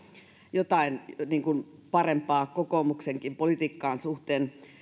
jotain parempaa kokoomuksenkin politiikan suhteen